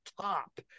top